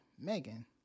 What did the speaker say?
Megan